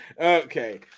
Okay